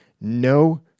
no